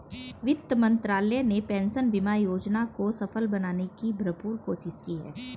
वित्त मंत्रालय ने पेंशन बीमा योजना को सफल बनाने की भरपूर कोशिश की है